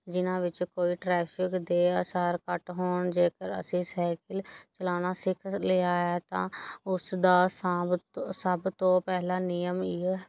ਜਿਹਨਾਂ ਵਿੱਚ ਕੋਈ ਟ੍ਰੈਫ਼ਿਕ ਦੇ ਆਸਾਰ ਘੱਟ ਹੋਣ ਜੇਕਰ ਅਸੀ ਸਾਈਕਲ ਚਲਾਉਣਾ ਸਿੱਖ ਲਿਆ ਹੈ ਤਾਂ ਉਸ ਦਾ ਸਾਂਭ ਸਭ ਤੋਂ ਪਹਿਲਾ ਨਿਯਮ ਇਹ